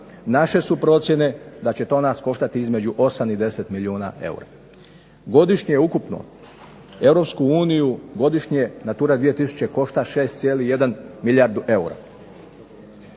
Naše su procjene da će to nas koštati između 8 i 10 milijuna eura. Godišnje ukupno Europsku uniju godišnje natura 2000 košta 6,1 milijardu eura.